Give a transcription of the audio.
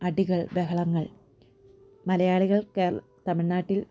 അടികൾ ബഹളങ്ങൾ മലയാളികൾ കേരള തമിഴ്നാട്ടിൽ